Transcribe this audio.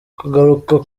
kugaruka